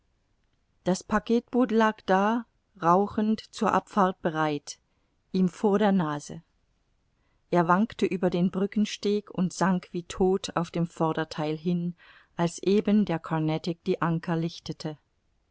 das packetboot lag da rauchend zur abfahrt bereit ihm vor der nase er wankte über den brückensteg und sank wie todt auf dem vordertheil hin als eben der carnatic die anker lichtete